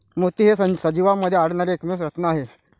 मोती हे सजीवांमध्ये आढळणारे एकमेव रत्न आहेत